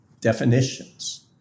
definitions